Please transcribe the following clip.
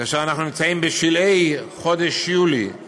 כאשר אנחנו נמצאים בשלהי חודש יולי,